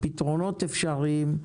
הפתרונות אפשריים.